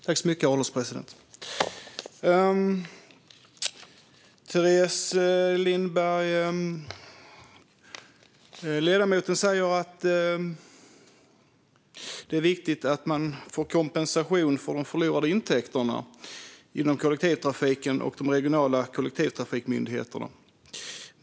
Herr ålderspresident! Ledamoten Teres Lindberg säger att det är viktigt att man får kompensation för de förlorade intäkterna inom kollektivtrafiken och de regionala kollektivtrafikmyndigheterna.